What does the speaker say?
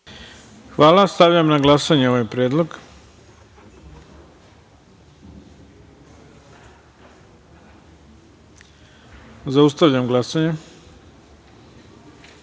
Hvala. Stavljam na glasanje ovaj predlog. Zaustavljam glasanje: